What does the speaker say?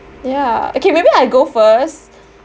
ya okay maybe I go first